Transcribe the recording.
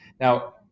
Now